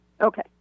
Okay